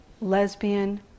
lesbian